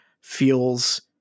feels